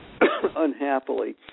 Unhappily